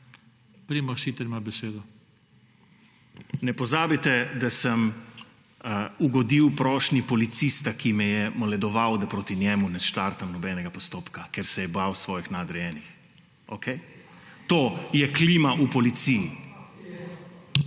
(PS Levica):** Ne pozabite, da sem ugodil prošnji policista, ki me je moledoval, da proti njemu ne štartam nobenega postopka, ker se je bal svojih nadrejenih. Okej? To je klima v policiji.